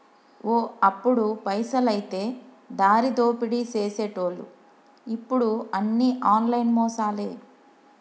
ఓ అప్పుడు పైసలైతే దారిదోపిడీ సేసెటోళ్లు ఇప్పుడు అన్ని ఆన్లైన్ మోసాలే